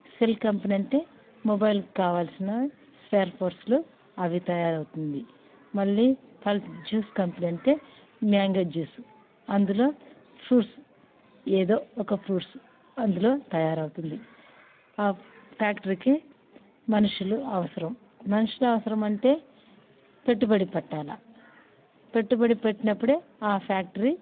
cell company అంటే మొబైల్కి కావాల్సిన స్పేర్ పార్ట్స్లు అవి తయారవుతుంది మళ్ళీ పల్స్ జ్యూస్ కంపెనీ అంటే మ్యాంగో జ్యూస్ అందులో ఫ్రూట్స్ ఏదో ఒక ఫ్రూట్స్ అందులో తయారవుతుంది ఆ ఫ్యాక్టరీకి మనుషులు అవసరం మనుషులు అవసరం అంటే పెట్టుబడి పెట్టాలి పెట్టుబడి పెట్టినప్పుడు ఆ ఫ్యాక్టరీ